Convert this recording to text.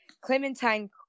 Clementine